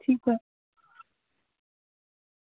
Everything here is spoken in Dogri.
ठीक ऐ